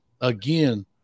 again